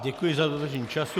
Děkuji za dodržení času.